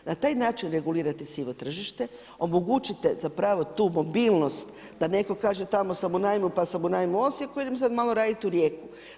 Na taj način regulirate sivo tržište, omogućite zapravo tu mobilnost da neko kaže tako sam u najmu pa sam u najmu u Osijeku i idem sad malo raditi u Rijeku.